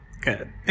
Good